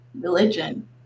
religion